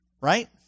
Right